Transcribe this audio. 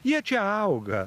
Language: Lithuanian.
jie čia auga